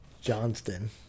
Johnston